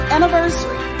anniversary